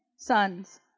sons